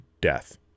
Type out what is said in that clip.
death